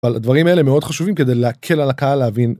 אבל הדברים האלה מאוד חשובים כדי להקל על הקהל להבין.